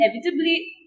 inevitably